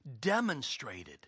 demonstrated